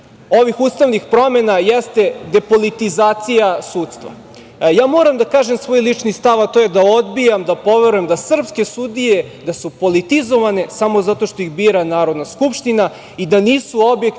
ovih ustavnih promena jeste depolitizacija sudstva. Moram da kažem svoj lični stav, a to je da odbijam da poverujem da su srpske sudije politizovane samo zato što ih bira Narodna skupština i da nisu objektivne